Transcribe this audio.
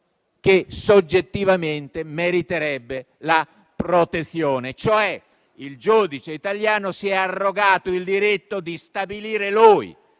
che soggettivamente meriterebbe la protezione. Il giudice italiano si è cioè arrogato il diritto di stabilire,